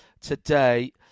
today